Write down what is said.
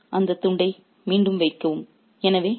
தயவுசெய்து அந்தத் துண்டை மீண்டும் வைக்கவும்